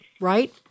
right